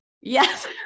Yes